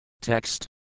Text